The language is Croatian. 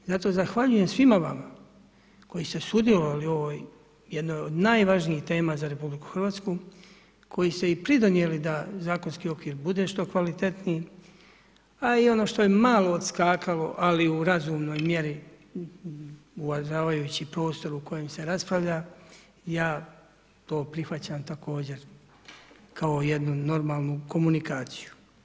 Zato zahvaljujem svima vama koji ste sudjelovali u ovoj, jednoj od najvažnijih tema za RH, koji ste i pridonijeli da zakonski okvir bude što kvalitetniji, a i ono što je malo odskakalo, ali u razumnoj mjeri, uvažavajući prostor u kojem se raspravlja, ja to prihvaćam također kao jednu normalnu komunikaciju.